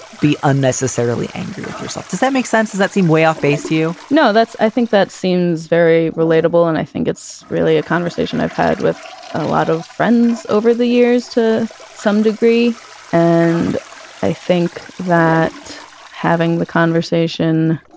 be unnecessarily angry with yourself. does that make sense? does that seem way off base? you know, that's i think that seems very relatable. and i think it's really a conversation i've had with a lot of friends over the years to some degree and i think that having the conversation,